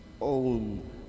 own